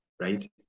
right